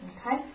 Okay